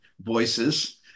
voices